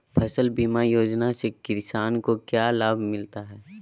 फसल बीमा योजना से किसान को क्या लाभ मिलता है?